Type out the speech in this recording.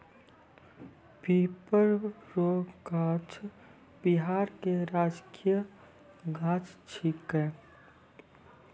पीपर रो गाछ बिहार के राजकीय गाछ छिकै